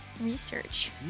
research